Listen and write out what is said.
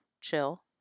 chill